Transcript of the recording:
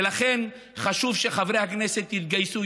ולכן חשוב שחברי הכנסת יתגייסו.